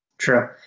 True